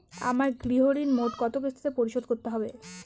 আমার গৃহঋণ মোট কত কিস্তিতে পরিশোধ করতে হবে?